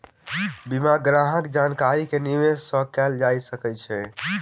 बिना ग्राहक जानकारी के निवेश नै कयल जा सकै छै